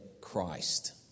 Christ